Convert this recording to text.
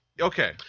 Okay